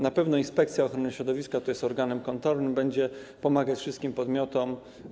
Na pewno Inspekcja Ochrony Środowiska, która jest organem kontrolnym, będzie pomagać wszystkim podmiotom.